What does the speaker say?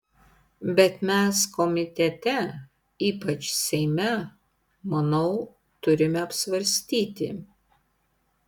bet mes komitete ypač seime manau turime apsvarstyti